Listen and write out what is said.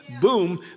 Boom